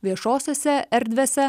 viešosiose erdvėse